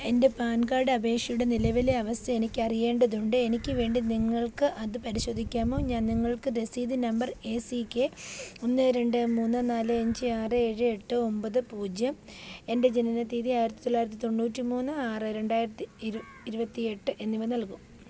എൻ്റെ പാൻ കാർഡപേക്ഷയുടെ നിലവിലെ അവസ്ഥ എനിക്ക് അറിയേണ്ടതുണ്ട് എനിക്ക് വേണ്ടി നിങ്ങൾക്ക് അത് പരിശോധിക്കാമോ ഞാൻ നിങ്ങൾക്ക് രസീത് നമ്പർ എ സി കെ ഒന്ന് രണ്ട് മൂന്ന് നാല് അഞ്ച് ആറ് ഏഴ് എട്ട് ഒമ്പത് പൂജ്യം എൻ്റെ ജനനത്തീയതി ആയിരത്തി തൊള്ളായിരത്തി തൊണ്ണൂറ്റി മൂന്ന് ആറ് രണ്ടായിരത്തി ഇരു ഇരുപത്തിയെട്ട് എന്നിവ നൽകും